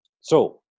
So-